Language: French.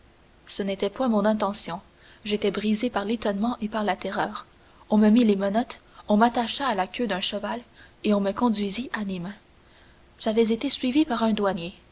ce n'était point mon intention j'étais brisé par l'étonnement et par la terreur on me mit les menottes on m'attacha à la queue d'un cheval et l'on me conduisit à nîmes j'avais été suivi par un douanier